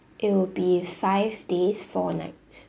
it'll be five days four night